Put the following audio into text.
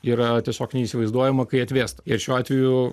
yra tiesiog neįsivaizduojama kai atvėsta ir šiuo atveju